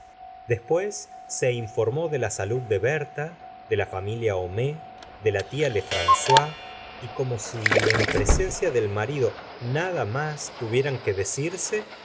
después se informó la serora de bovary de la salud de berta de la familia homáís de la tia lefran tois y como si en presencia del marido nada más tuvieran que decirse